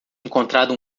encontrado